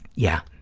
yeah,